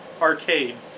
arcade